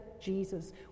Jesus